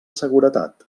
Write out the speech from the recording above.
seguretat